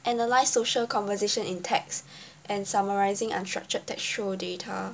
analyse social conversation in text and summarising unstructured textual data